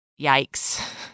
yikes